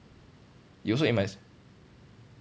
you also A minus